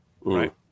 right